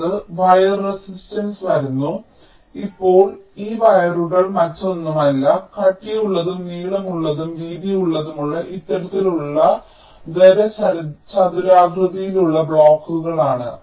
അടുത്തത് wire resistance വരുന്നു ഇപ്പോൾ ഈ വയറുകൾ മറ്റൊന്നുമല്ല കട്ടിയുള്ളതും നീളമുള്ളതും വീതിയുമുള്ള ഇത്തരത്തിലുള്ള ഖര ചതുരാകൃതിയിലുള്ള ബ്ലോക്കുകളാണ്